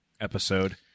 episode